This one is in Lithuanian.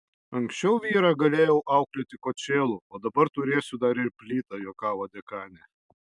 anksčiau vyrą galėjau auklėti kočėlu o dabar turėsiu dar ir plytą juokavo dekanė